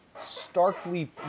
starkly